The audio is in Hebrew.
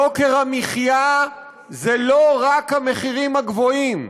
יוקר המחיה זה לא רק המחירים הגבוהים,